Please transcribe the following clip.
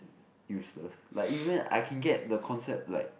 useless like even I can get the concept like